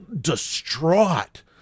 distraught